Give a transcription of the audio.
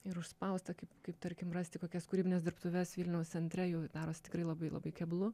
ir užspausta kaip kaip tarkim rasti kokias kūrybines dirbtuves vilniaus centre jau darosi tikrai labai labai keblu